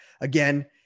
again